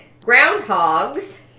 groundhogs